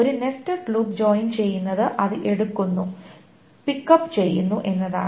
ഒരു nested loop join ചെയ്യുന്നത് അത് എടുക്കുന്നു പിക് അപ് ചെയ്യുന്നു എന്നതാണ്